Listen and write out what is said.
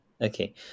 Okay